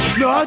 no